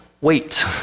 wait